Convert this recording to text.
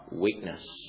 weakness